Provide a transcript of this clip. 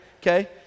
okay